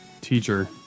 teacher